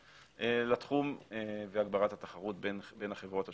לתחום והגברת התחרות בין החברות השונות.